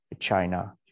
China